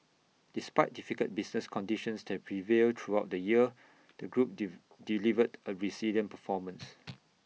despite difficult business conditions that prevailed throughout the year the group delivered A resilient performance